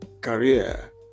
career